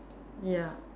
ya